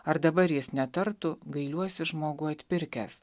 ar dabar jis netartų gailiuosi žmogų atpirkęs